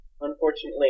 Unfortunately